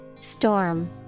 Storm